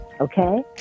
Okay